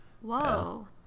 Whoa